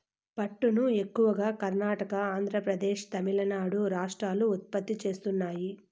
పట్టును ఎక్కువగా కర్ణాటక, ఆంద్రప్రదేశ్, తమిళనాడు రాష్ట్రాలు ఉత్పత్తి చేస్తున్నాయి